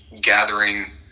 gathering